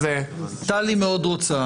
טלי מאוד רוצה.